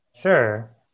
Sure